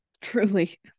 truly